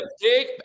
big